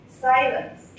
silence